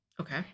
Okay